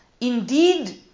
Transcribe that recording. indeed